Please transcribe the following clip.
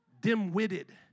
dim-witted